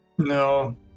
No